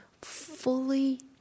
fully